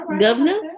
Governor